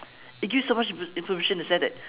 it gives so much infor~ information in the sense that